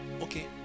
Okay